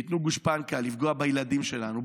וייתנו גושפנקה לפגוע בילדים שלנו,